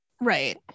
Right